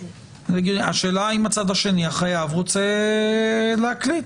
-- השאלה היא מה אם החייב רוצה להקליט.